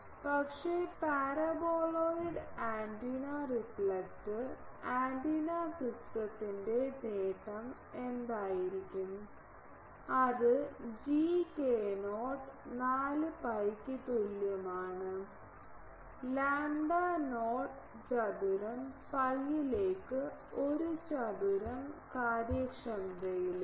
പക്ഷേ paraboloid antenna reflector antenna സിസ്റ്റത്തിന്റെ നേട്ടം എന്തായിരിക്കും അത് ജി ആകും 4 പൈയ്ക്ക് തുല്യമാണ് ലാംഡ 0 ചതുരo പൈയിലേക്ക് ഒരു ചതുരം കാര്യക്ഷമതയിലേക്ക്